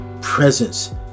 presence